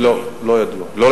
לא, לא ידוע,